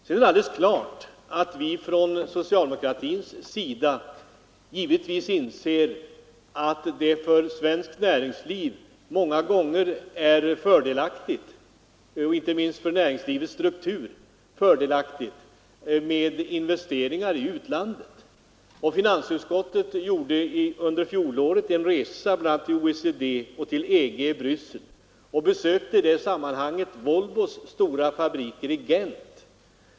Sedan är det klart att vi å vår sida inser att det för svenskt näringsliv och dess struktur många gånger är fördelaktigt med investeringar i utlandet. Finansutskottet gjorde under fjolåret en resa bl.a. till OECD och EG i Bryssel. I det sammanhanget besökte vi Volvos stora fabriker i Gent.